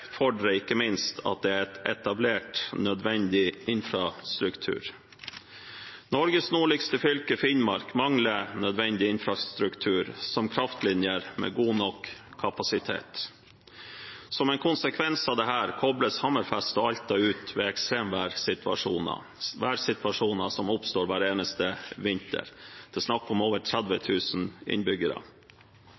fordrer ikke minst at det er etablert nødvendig infrastruktur. Norges nordligste fylke, Finnmark, mangler nødvendig infrastruktur, som kraftlinjer med god nok kapasitet. Som en konsekvens av dette koples Hammerfest og Alta ut ved ekstremværsituasjoner som oppstår hver eneste vinter. Det er snakk om over 30